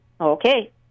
Okay